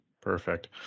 Perfect